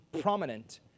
prominent